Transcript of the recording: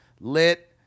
lit